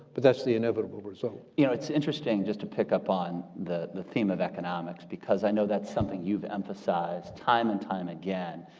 but that's the inevitable result. you know, it's interesting, just to pick up on the theme of economics because i know that's something you've emphasized time and time again.